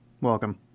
Welcome